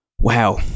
Wow